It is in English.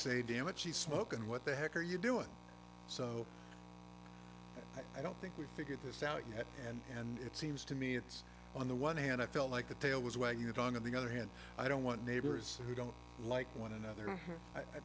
say damn it she smoke and what the heck are you doing so i don't think we've figured this out yet and it seems to me it's on the one hand i felt like the tail was wagging the dog on the other hand i don't want neighbors who don't like one another